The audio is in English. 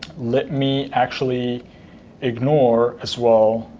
let me actually ignore as well,